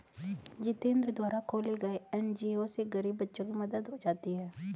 जितेंद्र द्वारा खोले गये एन.जी.ओ से गरीब बच्चों की मदद हो जाती है